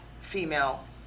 female